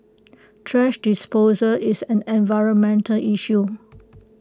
thrash disposal is an environmental issue